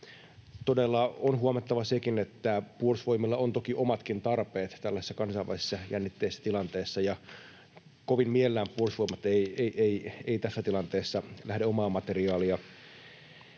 Todella on huomattava sekin, että Puolustusvoimilla on toki omatkin tarpeet tällaisessa kansainvälisessä, jännitteisessä tilanteessa, ja kovin mielellään Puolustusvoimat ei tässä tilanteessa lähde omaa materiaalia